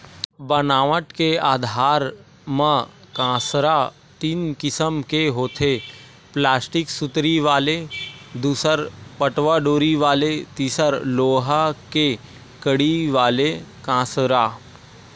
बनावट के आधार म कांसरा तीन किसम के होथे प्लास्टिक सुतरी वाले दूसर पटवा डोरी वाले तिसर लोहा के कड़ी वाले कांसरा